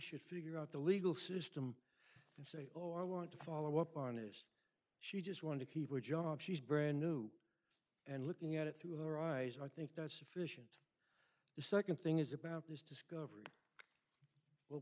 should figure out the legal system and say oh i want to follow up honest she just want to keep her job she's brand new and looking at it through her eyes i think that's sufficient the second thing is about this discovery what